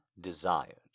desired